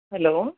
hello